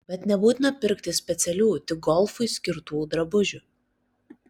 bet nebūtina pirkti specialių tik golfui skirtų drabužių